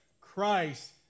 Christ